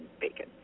bacon